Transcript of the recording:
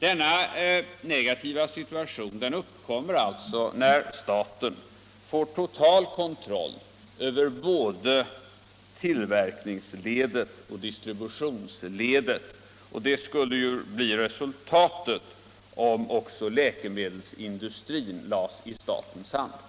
Denna negativa situation uppkommer alltså när staten får total kontroll över både tillverkningsledet och distributionsledet, och det skulle ju bli resultatet om också läkemedelsindustrin lades i statens hand.